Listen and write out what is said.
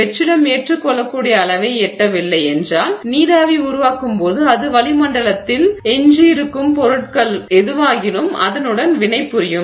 வெற்றிடம் ஏற்றுக்கொள்ளக்கூடிய அளவை எட்டவில்லை என்றால் நீராவி உருவாகும்போது அது வளிமண்டலத்தில் எஞ்சியிருக்கும் பொருட்கள் எதுவாகினும் அதனுடன் வினைபுரியும்